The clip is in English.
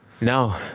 No